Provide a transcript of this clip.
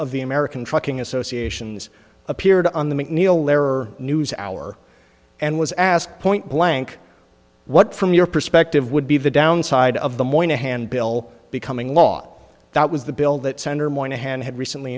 of the american trucking associations appeared on the macneil lehrer news hour and was asked point blank what from your perspective would be the downside of the morning hand bill becoming law that was the bill that senator moynihan had recently